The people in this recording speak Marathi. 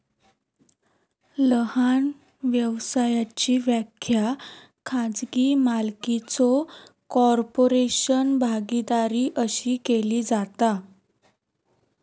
लहान व्यवसायाची व्याख्या खाजगी मालकीचो कॉर्पोरेशन, भागीदारी अशी केली जाता